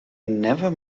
never